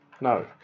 No